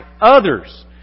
others